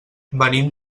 venim